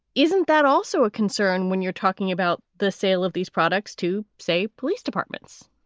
isn't that also a concern when you're talking about the sale of these products to, say, police departments?